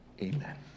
amen